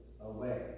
away